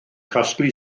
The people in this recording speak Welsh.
casglu